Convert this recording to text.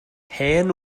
hen